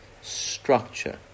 structure